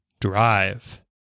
drive